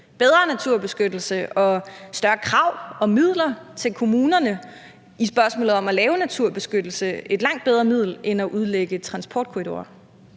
bedre naturbeskyttelse og større krav om midler til kommunerne, når vi skal beskytte natur og lave naturbeskyttelse, er et langt bedre middel end at udlægge transportkorridorer.